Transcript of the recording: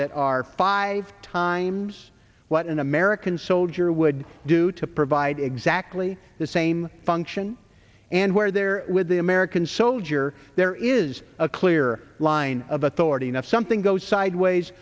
that are five times what an american soldier would do to provide exactly the same function and where there with the american soldier there is a clear line of authority that something goes sideways